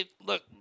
look